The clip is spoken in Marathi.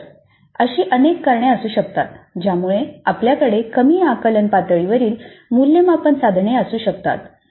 तर अशी अनेक कारणे असू शकतात ज्यामुळे आपल्याकडे कमी आकलन पातळीवरील मूल्यमापन साधने असू शकतात